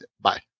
Bye